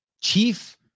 chief